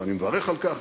ואני מברך על כך,